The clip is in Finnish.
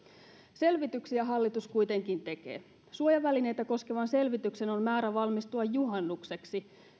selvityksiä hallitus kuitenkin tekee suojavälineitä koskevan selvityksen on määrä valmistua juhannukseksi